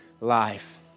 life